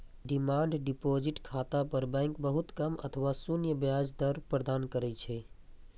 demand deposit खाता पर bank बहुत कम अथवा शून्य ब्याज दर प्रदान करै छै